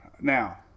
Now